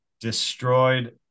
destroyed